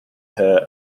her